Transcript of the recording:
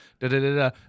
da-da-da-da